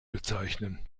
bezeichnen